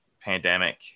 pandemic